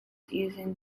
using